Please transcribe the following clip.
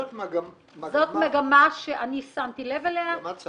זאת מגמה --- זו מגמה שאני שמתי לב אליה --- גם את שמת לב.